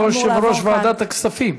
איפה יושב-ראש ועדת הכספים?